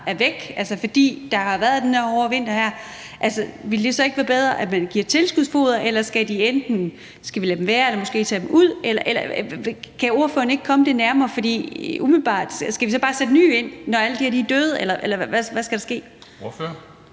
er væk, fordi der har været den her hårde vinter, ville det så ikke være bedre, hvis man gav tilskudsfoder, eller skal vi lade dem være eller måske tage dem ud? Kan ordføreren ikke komme det nærmere? Altså, skal vi så bare sætte nye ind, når alle de her er døde, eller hvad skal der ske? Kl.